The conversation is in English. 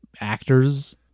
actors